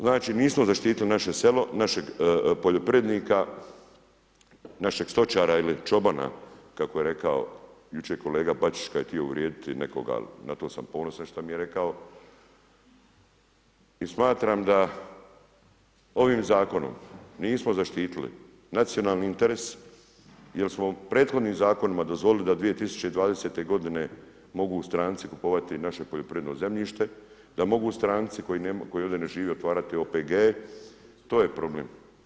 Znači nismo zaštitili naše selo, našeg poljoprivrednika, našeg stočara ili čobana kako je rekao kolega Bačić kad je htio uvrijediti nekoga, ali na to sam ponosan šta mi je rekao i smatram da ovim zakonom nismo zaštitili nacionalni interes jel smo prethodnim zakonima dozvolili da 2020. godine mogu stranci kupovati naše poljoprivredno zemljište, da mogu stranci koji ovdje ne žive otvarati OPG-e to je problem.